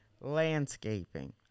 Landscaping